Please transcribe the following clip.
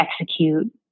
execute